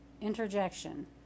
Interjection